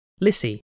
Lissy